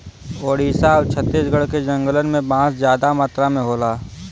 ओडिसा आउर छत्तीसगढ़ के जंगलन में बांस जादा मात्रा में होला